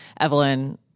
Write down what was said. Evelyn